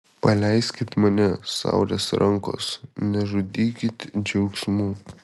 paleiskit mane saulės rankos nežudykit džiaugsmu